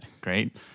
Great